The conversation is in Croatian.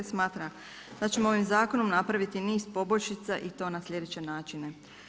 Smatramo da ćemo ovim zakonom napraviti niz poboljšica i to na sljedeće načine.